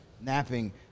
napping